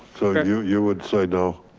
so you you would say doll.